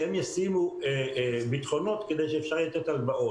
שהם ישימו ביטחונות כדי שאפשר יהיה לתת הלוואות.